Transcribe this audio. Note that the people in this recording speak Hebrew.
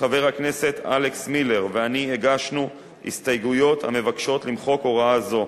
חבר הכנסת אלכס מילר ואני הגשנו הסתייגות המבקשת למחוק הוראה זו,